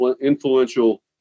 influential